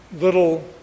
little